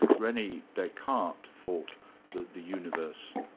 rene descartes thought that the universe,